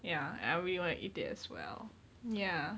ya I really want to eat it as well ya